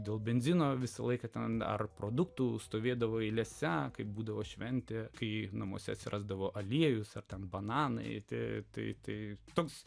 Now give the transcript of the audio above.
dėl benzino visą laiką ten dar produktų stovėdavo eilėse kaip būdavo šventė kai namuose atsirasdavo aliejus ar ten bananai teisėtai tai toks